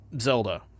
Zelda